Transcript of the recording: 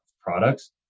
products